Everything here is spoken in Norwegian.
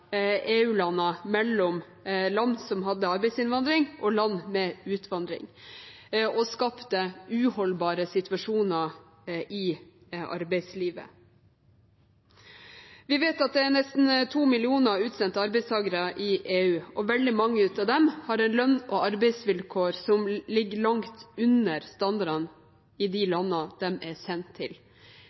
mellom land som hadde arbeidsinnvandring, og land med utvandring – og skapte uholdbare situasjoner i arbeidslivet. Vi vet at det er nesten to millioner utsendte arbeidstakere i EU, og veldig mange av dem har lønn og arbeidsvilkår som ligger langt under standardene i de landene de er sendt til.